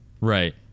Right